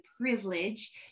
privilege